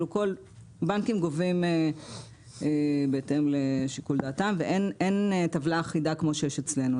כל הבנקים גובים בהתאם לשיקול דעתם ואין טבלה אחידה כמו שיש אצלנו.